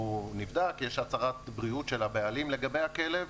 הוא נבדק, יש הצהרת בריאות של הבעלים לגבי הכלב,